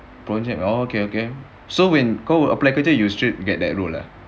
project oh okay okay so when kau apply kerja you straight get that role ah